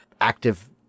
active